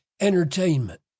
entertainment